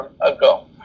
ago